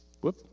Whoop